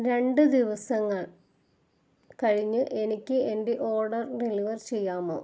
രണ്ട് ദിവസങ്ങൾ കഴിഞ്ഞ് എനിക്ക് എന്റെ ഓർഡർ ഡെലിവർ ചെയ്യാമോ